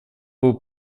был